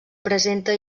presenta